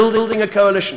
רק כלפי ישראל,